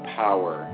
power